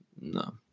No